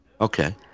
Okay